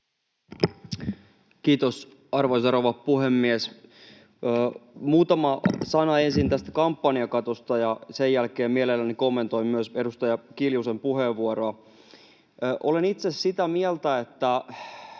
Kiitos, arvoisa rouva puhemies! Muutama sana ensin tästä kampanjakatosta, ja sen jälkeen mielelläni kommentoin myös edustaja Kiljusen puheenvuoroa. Olen itse sitä mieltä, että